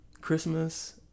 Christmas